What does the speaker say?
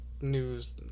news